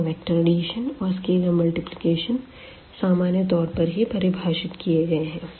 यहां vector addition और scalar multiplication सामान्य तौर पर ही परिभाषित किये गए है